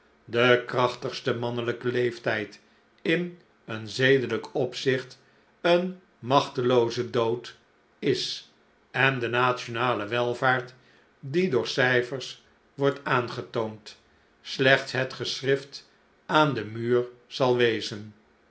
de krachtigste mannelijke leeftijd in een zedelijk opzicht een machtelooze dood is en de nationale welvaart die door cijfers wordt aangetoond slechts het geschrift aan den muur zal wezen